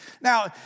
Now